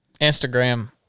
Instagram